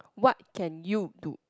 what can you do